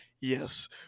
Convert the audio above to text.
yes